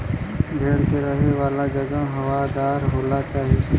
भेड़ के रहे वाला जगह हवादार होना चाही